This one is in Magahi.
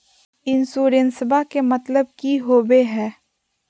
इंसोरेंसेबा के मतलब की होवे है?